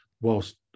whilst